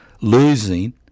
losing